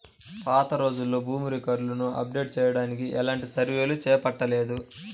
పాతరోజుల్లో భూమి రికార్డులను అప్డేట్ చెయ్యడానికి ఎలాంటి సర్వేలు చేపట్టలేదు